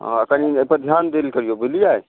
हाँ कनि अइपर ध्यान देल करियौ बुझलियै